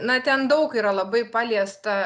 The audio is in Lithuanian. na ten daug yra labai paliesta